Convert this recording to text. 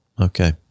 Okay